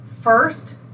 first